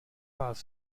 vás